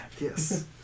Yes